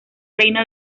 reino